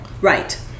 Right